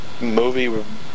movie